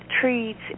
treats